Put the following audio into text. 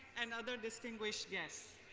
and other distinguished guests.